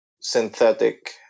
synthetic